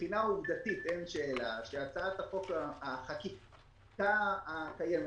מבחינה עובדתית אין שאלה שהחקיקה הקיימת